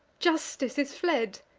justice is fled,